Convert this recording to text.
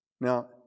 Now